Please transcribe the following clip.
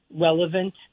relevant